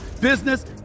business